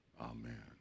amen